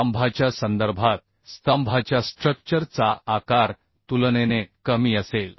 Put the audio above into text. स्तंभाच्या संदर्भात स्तंभाच्या स्ट्रक्चर चा आकार तुलनेने कमी असेल